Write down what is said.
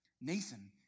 Nathan